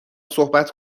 صحبت